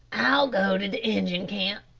i'll go to the injun camp,